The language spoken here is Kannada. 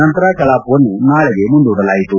ನಂತರ ಕಲಾಪವನ್ನು ನಾಳೆಗೆ ಮುಂದೂಡಲಾಯಿತು